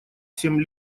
семь